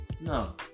no